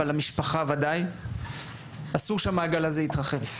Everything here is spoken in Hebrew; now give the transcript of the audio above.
למשפחה בוודאי - אסור שהמעגל הזה יתרחב,